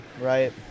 Right